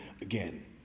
again